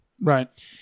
Right